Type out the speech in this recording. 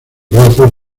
brazos